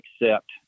accept